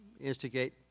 instigate